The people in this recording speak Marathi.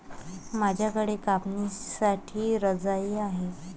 माझ्याकडे कापसाची रजाई आहे